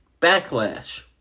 backlash